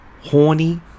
horny